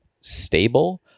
stable